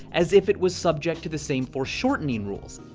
as if it was subject to the same foreshortening rules.